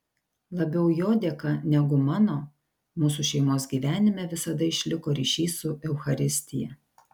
labiau jo dėka negu mano mūsų šeimos gyvenime visada išliko ryšys su eucharistija